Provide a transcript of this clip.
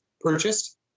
purchased